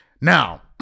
Now